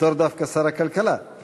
בתור שר הכלכלה על